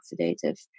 oxidative